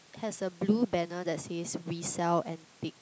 has a blue banner that says we sell antique